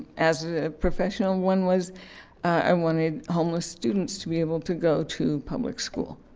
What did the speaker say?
as a professional, one was i wanted homeless students to be able to go to public school.